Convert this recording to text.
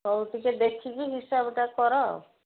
ହଉ ଟିକେ ଦେଖିକି ହିସାବଟା କର ଆଉ